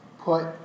put